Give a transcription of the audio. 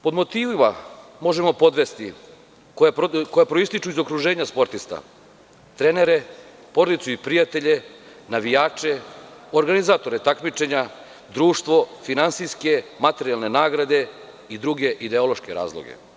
Pod motivima koja proističu iz okruženja sportista možemo podvesti trenere, porodicu i prijatelje, navijače, organizatore takmičenja, društvo, finansijske, materijalne nagrade i druge ideološke razloge.